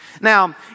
Now